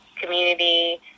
community